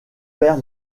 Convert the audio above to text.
père